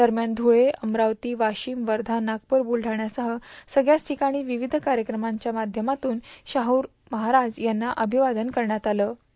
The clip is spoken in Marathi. दरम्यान पुढे अमरावती वाशीम वर्षा नागपूर बुलढाणासह सगळ्याच ठिकाणी विविध कार्यक्रमाच्या माध्यमातून शाहू महाराज यांना अभिवादन करण्यात आतं